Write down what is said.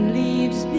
leaves